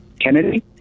Kennedy